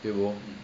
tio bo